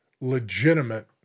legitimate